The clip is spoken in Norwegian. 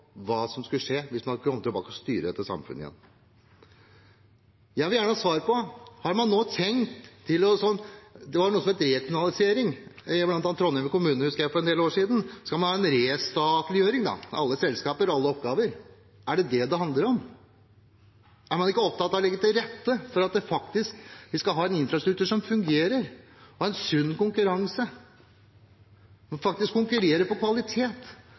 hva som ville skje hvis de skulle komme tilbake og styre dette samfunnet igjen. Jeg vil gjerne ha svar på følgende, for det var noe som het rekommunalisering i bl.a. Trondheim kommune for en del år siden: Skal man nå ha en restatliggjøring av alle selskaper og alle oppgaver? Er det det dette handler om? Er man ikke opptatt av å legge til rette for at vi skal ha en infrastruktur som faktisk fungerer, en sunn konkurranse og faktisk konkurrere på kvalitet?